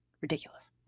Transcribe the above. ridiculous